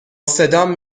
صدام